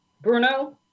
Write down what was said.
Bruno